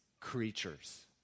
creatures